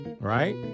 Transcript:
right